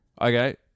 Okay